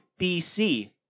BC